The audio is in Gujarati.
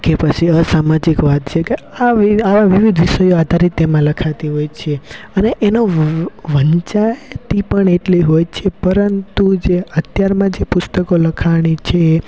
કે પછી અસામાજિકવાદ છે કે આવી આ વિવિધ વિષયો આધારિત તેમાં લખાતી હોય છે અને એનો વંચાય એ પણ એટલી હોય છે પરંતુ જે અત્યારમાં જે પુસ્તકો લખાણી છે